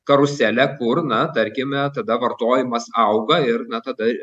karuselę kur na tarkime tada vartojimas auga ir na tada